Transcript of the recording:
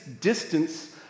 distance